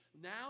now